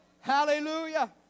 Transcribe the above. Hallelujah